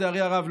לצערי הרב,